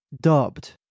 dubbed